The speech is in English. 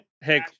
hey